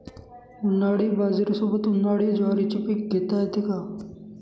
उन्हाळी बाजरीसोबत, उन्हाळी ज्वारीचे पीक घेता येते का?